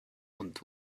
und